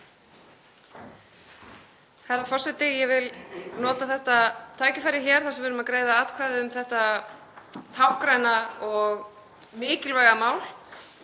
Herra forseti. Ég vil nota þetta tækifæri, þegar við erum að greiða atkvæði um þetta táknræna og mikilvæga mál,